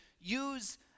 use